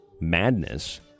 madness